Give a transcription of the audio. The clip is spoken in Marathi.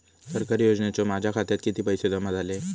सरकारी योजनेचे माझ्या खात्यात किती पैसे जमा झाले?